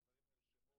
על אף האמור,